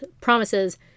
promises